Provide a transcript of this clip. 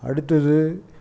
அடுத்தது